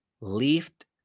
Lift